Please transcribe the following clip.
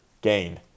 gain